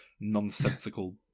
nonsensical